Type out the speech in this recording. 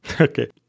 Okay